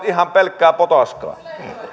ihan pelkkää potaskaa